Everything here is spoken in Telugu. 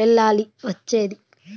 వెళ్ళాల్సి వచ్చేది